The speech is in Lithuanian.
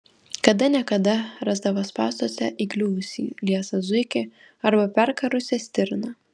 kada ne kada rasdavo spąstuose įkliuvusį liesą zuikį arba perkarusią stirną